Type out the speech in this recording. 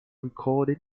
recording